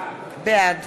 בעד